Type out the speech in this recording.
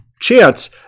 chance